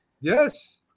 Yes